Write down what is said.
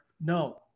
No